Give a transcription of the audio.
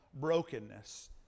brokenness